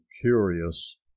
curious